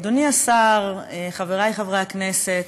תודה רבה, אדוני השר, חברי חברי הכנסת,